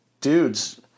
dudes